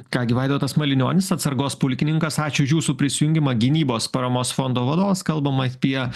ką gi vaidotas malinionis atsargos pulkininkas ačiū už jūsų prisijungimą gynybos paramos fondo vadovas kalbam apie